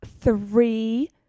three